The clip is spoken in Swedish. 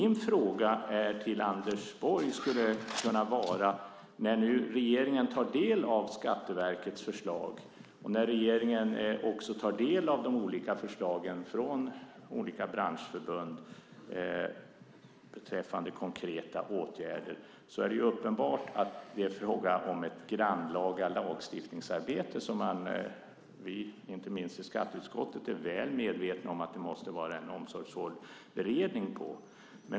När nu även regeringen tar del av de olika förslagen från olika branschförbund beträffande konkreta åtgärder är det uppenbart att det är fråga om ett grannlaga lagstiftningsarbete som vi, inte minst i skatteutskottet, är väl medvetna om kräver en omsorgsfull beredning.